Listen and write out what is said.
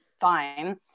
fine